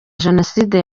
jenoside